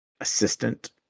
assistant